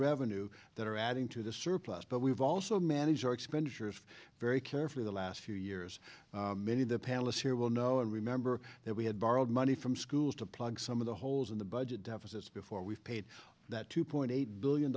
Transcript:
revenue that are adding to the surplus but we've also managed our expenditures very carefully the last few years many of the palace here will know and remember that we had borrowed money from schools to plug some of the holes in the budget deficits before we've paid that two point eight billion